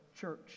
church